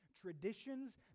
Traditions